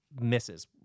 misses